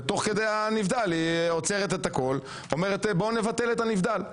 ותוך כדי הנבדל היא עוצרת את הכול ואומרת בואו נבטל את הנבדל.